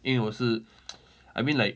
因为我是 I mean like